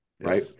right